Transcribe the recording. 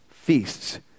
Feasts